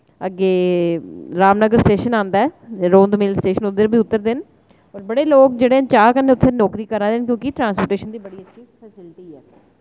अग्गें रामनगर स्टेशन औंदा ऐ रौंदमेल स्टेशन उद्धर बी उतरदे न और बड़े लोक जेह्ड़े न चाऽ कन्नै उत्थै नौकरी करा दे न क्यूंकि ट्रांसपोर्टेशन दी बड़ी अच्छी फैसिलिटी ऐ